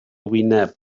wyneb